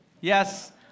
Yes